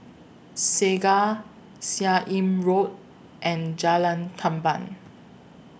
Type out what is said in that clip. Segar Seah Im Road and Jalan Tamban